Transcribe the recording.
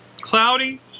cloudy